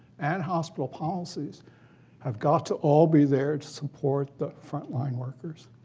and hospital policies have got to all be there to support the front line workers.